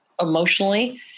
emotionally